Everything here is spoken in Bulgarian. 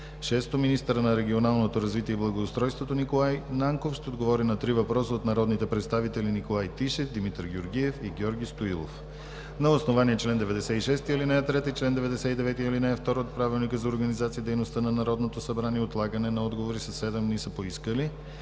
6. Министърът на регионалното развитие и благоустройството Николай Нанков ще отговори на три въпроса от народните представители Николай Тишев, Димитър Георгиев и Георги Стоилов. На основание чл. 96, ал. 3 и чл. 99, ал. 2 от Правилника за организацията и дейността на Народното събрание, отлагане на отговори със седем дни са поискали: